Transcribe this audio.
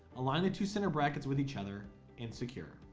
align the two center brackets with each other and secure